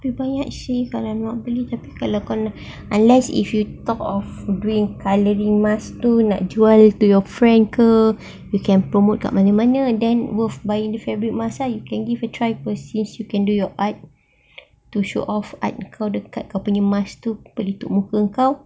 lebih banyak save kalau nak beli tapi kalau kalau unless if you thought of doing colouring masks tu nak jual to your friend ke you can promote dekat mana then worth buying the fabric mask ah you can give it a try then you can do your art to show off dekat kau punya mask tu pelitup muka kau